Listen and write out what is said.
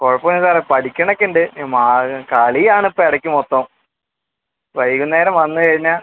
കുഴപ്പം ഇല്ല സാറെ പഠിക്കുന്നൊക്കെ ഉണ്ട് ആ കളി ആണ് ഇപ്പോൾ ഇടയ്ക്ക് മൊത്തം വൈകുന്നേരം വന്ന് കഴിഞ്ഞാൽ